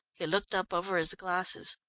he looked up over his glasses.